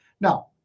now